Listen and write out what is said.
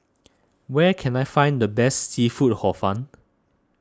where can I find the best Seafood Hor Fun